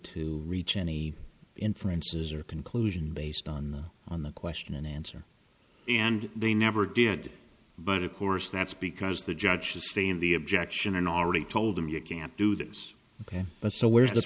to reach any inferences or conclusion based on on the question an answer and they never did but of course that's because the judge should stay in the objection and already told him you can't do this but so where's the